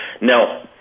Now